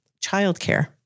Childcare